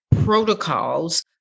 protocols